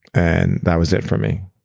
and that was it for me.